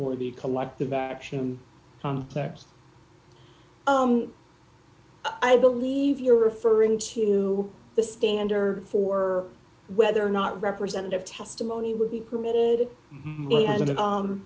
or the collective action players i believe you're referring to the standard for whether or not representative testimony would be permitted